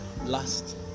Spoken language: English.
last